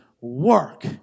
work